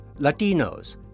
Latinos